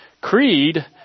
Creed